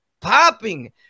popping